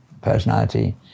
personality